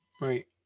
Right